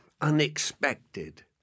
unexpected